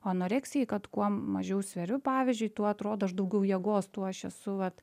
o anoreksija kad kuo mažiau sveriu pavyzdžiui tuo atrodo aš daugiau jėgos tuo aš esu vat